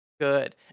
good